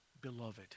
beloved